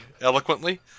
eloquently